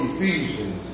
Ephesians